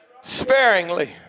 sparingly